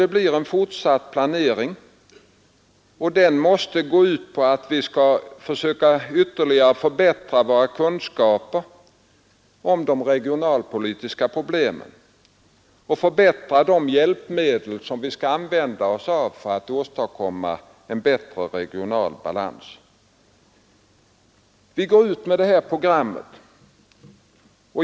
Det blir en fortsatt planering som måste gå ut på att vi försöker att ytterligare förbättra våra kunskaper om de regionalpolitiska problemen och förbättra de hjälpmedel som vi skall använda oss av för att åstadkomma en bättre regional balans. Vi går alltså ut med detta program.